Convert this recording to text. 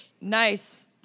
nice